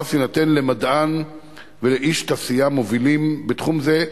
הפרס יינתן למדען ולאיש תעשייה מובילים בתחום זה.